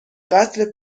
قتل